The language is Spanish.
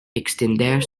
extender